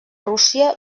rússia